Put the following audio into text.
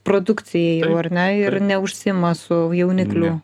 produkcijai jau ar ne ir neužsiima su jauniklių